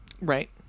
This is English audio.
Right